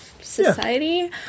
society